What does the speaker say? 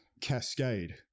cascade